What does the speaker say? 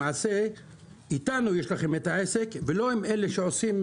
למעשה איתנו יש לכם את העסק ולא עם אלה שעושים